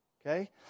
Okay